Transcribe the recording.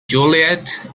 juliet